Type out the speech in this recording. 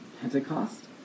Pentecost